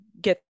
get